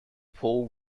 paul